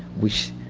which